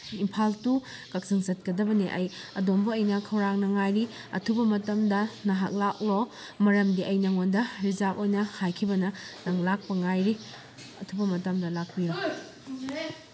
ꯏꯝꯐꯥꯜ ꯇꯨ ꯀꯛꯆꯤꯡ ꯆꯠꯀꯗꯕꯅꯤ ꯑꯩ ꯑꯗꯣꯝꯕꯨ ꯑꯩꯅ ꯈꯧꯔꯥꯡꯅ ꯉꯥꯏꯔꯤ ꯑꯊꯨꯕ ꯃꯇꯝꯗ ꯅꯍꯥꯛ ꯂꯥꯛꯂꯣ ꯃꯔꯝꯗꯤ ꯑꯩ ꯅꯪꯉꯣꯟꯗ ꯔꯤꯖꯥꯞ ꯑꯣꯏꯅ ꯍꯥꯏꯈꯤꯕꯅ ꯅꯪ ꯂꯥꯛꯄ ꯉꯥꯏꯔꯤ ꯑꯊꯨꯕ ꯃꯇꯝꯗ ꯂꯥꯛꯄꯤꯌꯨ